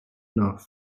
nach